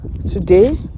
today